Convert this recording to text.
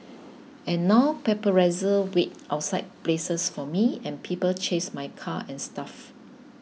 and now paparazzi wait outside places for me and people chase my car and stuff